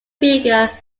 figure